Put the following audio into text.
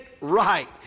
right